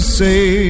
say